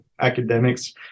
academics